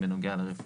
לצערי.